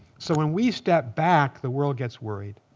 so when we step back, the world gets worried.